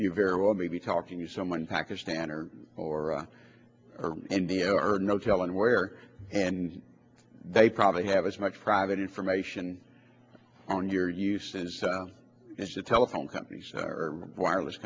you very well may be talking to someone in pakistan or or india or no telling where and they probably have as much private information on your usage as the telephone companies are wireless